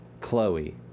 Chloe